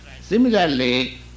Similarly